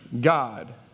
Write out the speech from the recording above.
God